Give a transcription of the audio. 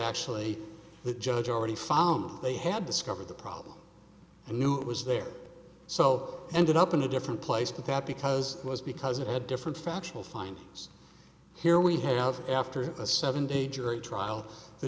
actually with judge already found they had discovered the problem and knew it was there so ended up in a different place but that because it was because it had different factual findings here we have after a seven day jury trial the